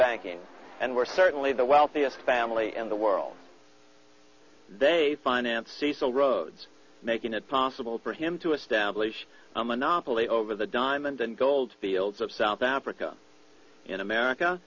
banking and were certainly the wealthiest family and the world they financed cecil rhodes making it possible for him to establish a monopoly over the diamond and gold fields of south africa in america